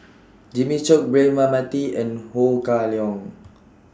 Jimmy Chok Braema Mathi and Ho Kah Leong